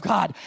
God